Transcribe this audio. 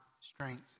strength